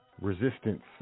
resistance